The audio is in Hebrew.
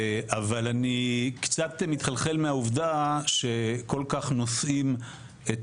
אבל אני קצת מתחלחל מהעובדה שכל כך נושאים את